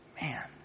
man